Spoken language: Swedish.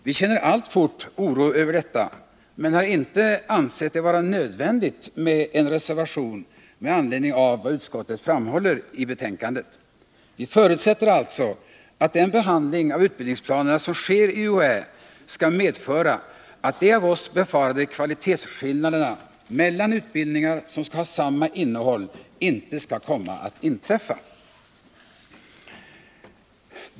Vi känner alltfort oro över detta, men vi har inte ansett det vara nödvändigt med en reservation med anledning av vad utskottet framhåller i betänkandet. Vi förutsätter alltså att den behandling av utbildningsplanerna som sker i UHÄ skall medföra att de av oss befarade kvalitetsskillnaderna mellan utbildningar som skall ha samma innehåll inte skall komma att inträffa.